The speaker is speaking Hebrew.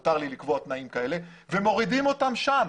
מותר לי לקבוע תנאים כאלה ומורידים אותם שם,